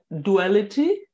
duality